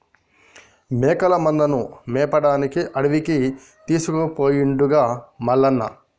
మేకల మందను మేపడానికి అడవికి తీసుకుపోయిండుగా మల్లన్న